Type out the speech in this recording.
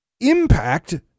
impact